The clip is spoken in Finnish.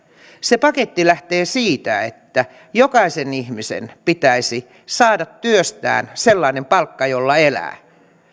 se paketti lähtee siitä että jokaisen ihmisen pitäisi saada työstään sellainen palkka jolla elää